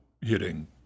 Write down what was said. hitting